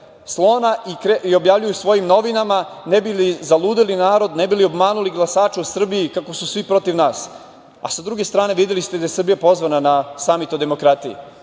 slona i objavljuju u svojim novinama ne bi li zaludeli narod, ne bi li omanuli glasače u Srbiji kako su svi protiv nas. Sa druge strane, videli ste da je Srbija pozvana na Samit o demokratiji,